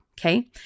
Okay